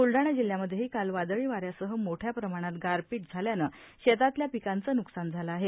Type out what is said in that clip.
ब्लढाणा जिल्ह्यामध्येही काल वादळी वाऱ्यासह मोठ्या प्रमाणात गारपीट झाल्यानं शेतातल्या पिकांचं न्कसान झाल आहे